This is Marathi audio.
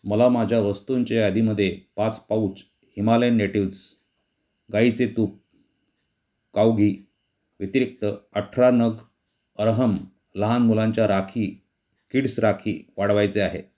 मला माझ्या वस्तूंच्या यादीमध्ये पाच पाउच हिमालयन नेटिव्ज गाईचे तूप काउ घी व्यतिरिक्त अठरा नग अरहम लहान मुलांच्या राखी किड्स राखी वाढवायचे आहे